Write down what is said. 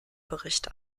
bericht